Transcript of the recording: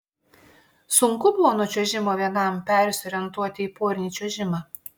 sunku buvo nuo čiuožimo vienam persiorientuoti į porinį čiuožimą